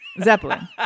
Zeppelin